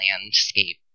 landscape